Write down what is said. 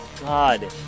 god